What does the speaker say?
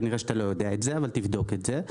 כנראה, אתה לא יודע את זה אז תבדוק את זה.